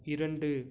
இரண்டு